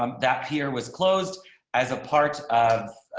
um that here was closed as a part of,